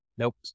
Nope